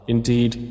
indeed